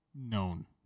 Known